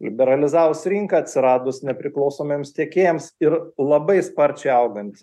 liberalizavus rinką atsiradus nepriklausomiems tiekėjams ir labai sparčiai augant